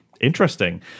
interesting